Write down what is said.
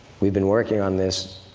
we've been working on this,